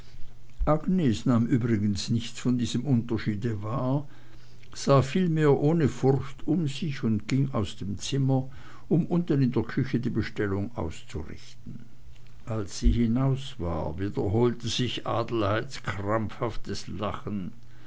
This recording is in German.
agnes nahm übrigens nichts von diesem unterschied wahr sah vielmehr ohne furcht um sich und ging aus dem zimmer um unten in der küche die bestellung auszurichten als sie hinaus war wiederholte sich adelheids krampfhaftes lachen